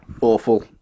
awful